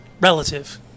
relative